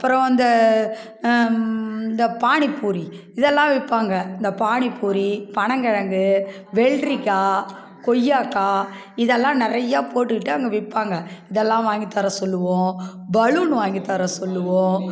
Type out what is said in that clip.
அப்பறம் அந்த இந்த பானிபூரி இதெல்லாம் விற்பாங்க இந்த பானிபூரி பனங்கிழங்கு வெள்ளரிக்கா கொய்யாக்காய் இதெல்லாம் நிறையா போட்டுக்கிட்டு அங்கே விற்பாங்க இதெல்லாம் வாங்கி தர சொல்லுவோம் பலூன் வாங்கி தர சொல்லுவோம்